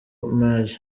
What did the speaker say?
maj